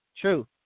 True